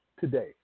Today